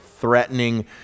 threatening